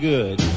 Good